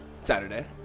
Saturday